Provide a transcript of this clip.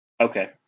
Okay